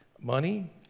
money